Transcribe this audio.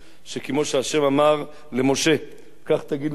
שכמו שה' אמר למשה: כך תגיד ליהושע,